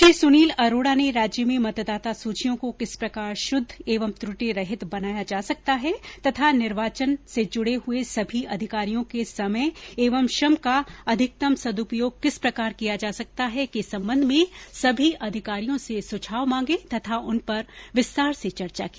श्री सुनील अरोडा ने राज्य में मतदाता सूचियों को किस प्रकार शुद्ध एवं त्रटि रहित बनाया जा सकता है तथा निर्वाचन से जुड़े हये सभी अधिकारियों के समय एवं श्रम का अधिकतम सद्रपयोग किस प्रकार किया जा सकता है के संबंध में सभी अधिकारियों से सुझाव मांगे तथा उन पर विस्तार से चर्चा की